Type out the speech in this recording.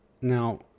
Now